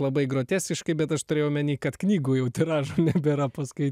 labai groteskiškai bet aš turėjau omeny kad knygų jau tiražų nebėra paskai